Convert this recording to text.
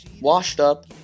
washed-up